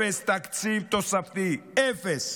אפס תקציב תוספתי, אפס